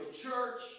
church